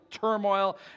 turmoil